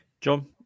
John